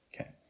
Okay